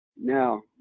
Now